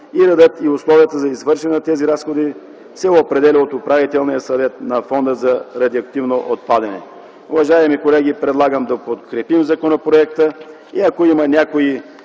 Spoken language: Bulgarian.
и редът и условията за извършване на тези разходи да се определят от управителния съвет на Фонд „Радиоактивни отпадъци”. Уважаеми колеги, предлагам да подкрепим законопроекта и ако има някои